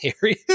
Harry